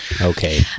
okay